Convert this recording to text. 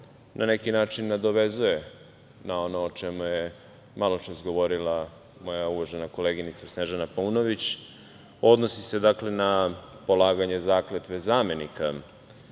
9. se zapravo nadovezuje na ono o čemu je maločas govorila moja uvažena koleginica Snežana Paunović, odnosi se na polaganje zakletve zamenika